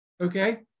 Okay